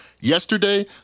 Yesterday